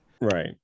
Right